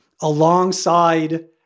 alongside